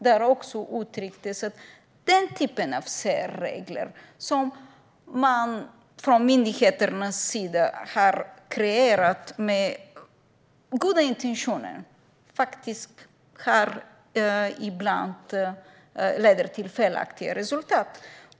Där uttrycktes att den typen av särregler som man från myndigheternas sida har kreerat med goda intentioner ibland leder till felaktiga resultat.